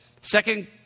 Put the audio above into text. Second